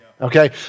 okay